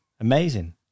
amazing